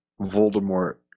Voldemort